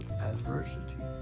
adversity